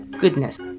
Goodness